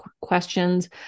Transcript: questions